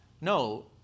No